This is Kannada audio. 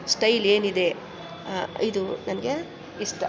ಸ್ಟೈಲ್ ಏನಿದೆ ಇದು ನನಗೆ ಇಷ್ಟ